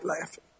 laughing